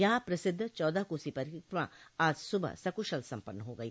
यहां प्रसिद्ध चौदह कोसी परिक्रमा आज सुबह सकुशल सम्पन्न हो गई